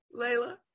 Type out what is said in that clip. Layla